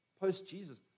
Post-Jesus